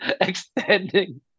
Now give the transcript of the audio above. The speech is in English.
extending